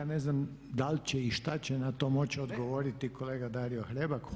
Ne znam da li će i šta će na to moći odgovoriti kolega Dario Hrebak.